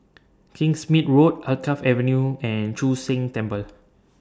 Kingsmead Road Alkaff Avenue and Chu Sheng Temple